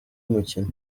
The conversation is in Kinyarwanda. umukino